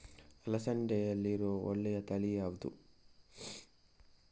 ಅಲಸಂದೆಯಲ್ಲಿರುವ ಒಳ್ಳೆಯ ತಳಿ ಯಾವ್ದು?